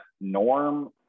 Norm